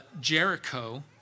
Jericho